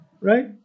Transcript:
right